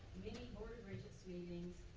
many board regents meetings,